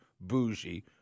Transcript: bougie